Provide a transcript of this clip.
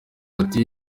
ati